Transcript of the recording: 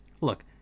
Look